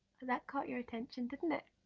that caught your attention, did and it?